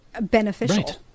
beneficial